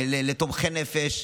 לתומכי נפש,